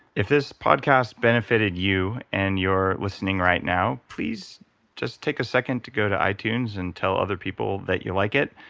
if this podcast's benefitted you and you're listening right now please just take a second to go to itunes and tell other people that you like it,